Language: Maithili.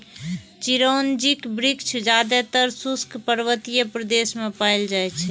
चिरौंजीक वृक्ष जादेतर शुष्क पर्वतीय प्रदेश मे पाएल जाइ छै